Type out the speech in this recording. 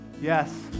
Yes